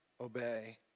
Obey